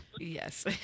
Yes